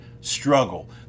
struggle